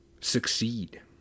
Succeed